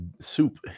Soup